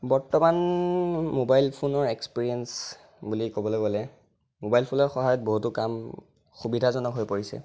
বৰ্তমান ম'বাইল ফোনৰ এক্সপেৰিয়েন্স বুলি ক'বলৈ গ'লে ম'বাইল ফোনৰ সহায়ত বহুতো কাম সুবিধাজনক হৈ পৰিছে